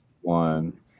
One